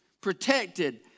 protected